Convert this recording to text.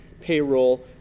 payroll